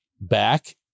back